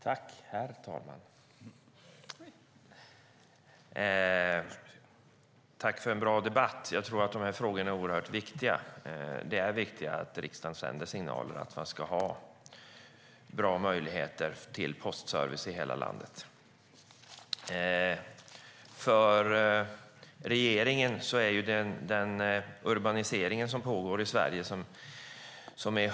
Herr talman! Tack för en bra debatt! Frågorna är oerhört viktiga. Det är viktigt att riksdagen sänder signaler om att det ska finnas bra möjligheter till postservice i hela landet.